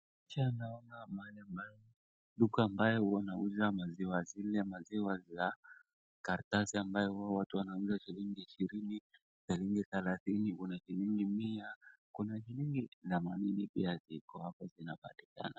Picha naona duka ambayo wanauza maziwa, ni zile maziwa za karatasi ambayo huwa watu wanauza shilingi ishirini, shilingi thelathini, kuna shilingi mia, kuna na maini pia ziko hapo zinapatikana.